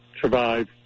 survive